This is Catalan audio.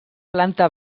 planta